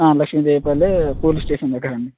లక్ష్మీదేవి పల్లి police station దగ్గర అండి